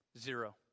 zero